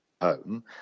home